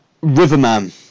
Riverman